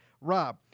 Rob